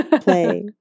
play